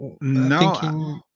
no